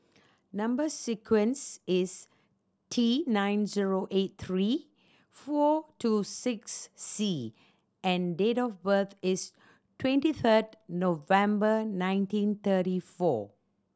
number sequence is T nine zero eight three four two six C and date of birth is twenty third November nineteen thirty four